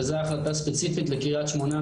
וזה החלטה ספציפית לקריית שמונה,